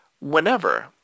whenever